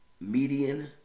Median